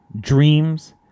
dreams